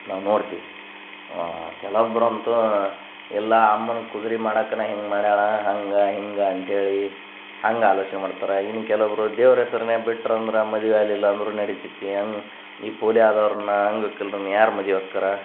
ನಾವು ನೋಡ್ತೀವಿ ಕೆಲವೊಬ್ಬರಂತೂ ಎಲ್ಲ ಅಮ್ಮನ್ನು ಕುದ್ರೆ ಮಾಡಾಕ ಹಿಂಗೆ ಮಾಡ್ಯಾಳೆ ಹಂಗೆ ಹಿಂಗೆ ಅಂತೇಳಿ ಹಂಗೆ ಆಲೋಚನೆ ಮಾಡ್ತಾರೆ ಇನ್ನು ಕೆಲವೊಬ್ರು ದೇವ್ರ ಹೆಸ್ರಿನಾಗ್ ಬಿಟ್ರು ಅಂದ್ರೆ ಮದುವ್ಯಾಲಿಲ್ಲ ಅಂದರೂ ನೆಡಿತೆತ್ತೀ ಅನ್ ಈ ಪೋಲಿಯೊ ಆದವ್ರನ್ನ ಅಂಗ್ವಿಕಲ್ರನ್ನು ಯಾರು ಮದ್ವೆ ಆಕ್ತಾರ